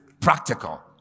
practical